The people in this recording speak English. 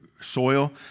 soil